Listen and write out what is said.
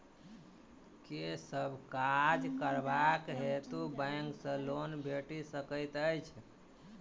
केँ सब काज करबाक हेतु बैंक सँ लोन भेटि सकैत अछि?